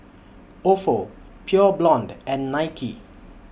Ofo Pure Blonde and Nike